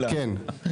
כן?